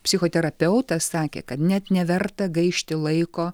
psichoterapeutas sakė kad net neverta gaišti laiko